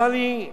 היו אצלי,